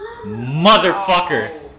motherfucker